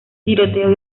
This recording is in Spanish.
tiroteos